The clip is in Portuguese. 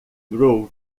groove